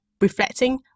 reflecting